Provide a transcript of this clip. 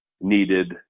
needed